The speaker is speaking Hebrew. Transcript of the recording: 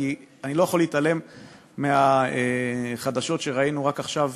כי אני לא יכול להתעלם מהחדשות שראינו רק עכשיו,